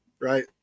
right